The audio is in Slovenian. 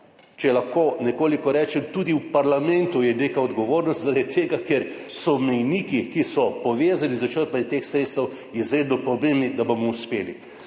Če lahko nekoliko rečem, tudi v parlamentu je neka odgovornost, zaradi tega ker so mejniki, ki so povezani s črpanjem teh sredstev, izredno pomembni, da bomo uspeli.